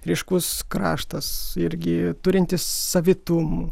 ryškus kraštas irgi turintis savitumų